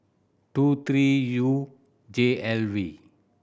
two three U J L V